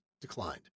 declined